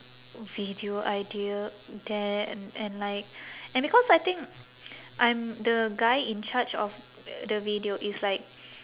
video idea there and and like and because I think I'm the guy in charge of the video is like